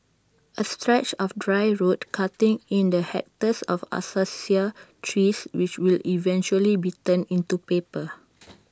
A stretch of dry road cutting in the hectares of Acacia trees which will eventually be turned into paper